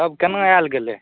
तब केना आयल गेलै